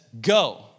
go